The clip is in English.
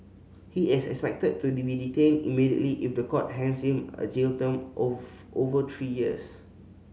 he is expected to be detained immediately if the court hands him a jail term over three years